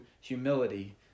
humility